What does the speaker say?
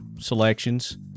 selections